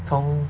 从